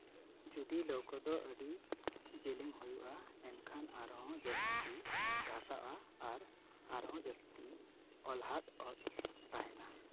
ᱡᱩᱫᱤ ᱞᱟᱹᱣᱠᱟᱹ ᱫᱚ ᱟᱹᱰᱤ ᱡᱮᱞᱮᱧ ᱦᱩᱭᱩᱜᱼᱟ ᱮᱱᱠᱷᱟᱱ ᱟᱨᱦᱚᱸ ᱡᱟᱹᱥᱛᱤ ᱜᱷᱟᱥᱟᱜᱼᱟ ᱟᱨ ᱟᱨᱦᱚᱸ ᱡᱟᱹᱥᱛᱤ ᱚᱞᱟᱦᱮᱫ ᱚᱛ ᱛᱟᱦᱮᱱᱟ